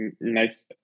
Nice